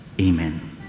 Amen